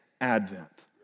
advent